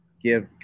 give